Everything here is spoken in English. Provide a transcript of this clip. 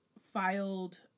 filed